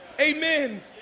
Amen